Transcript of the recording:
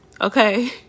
Okay